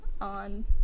on